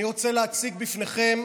אני רוצה להציג בפניכם